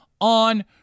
on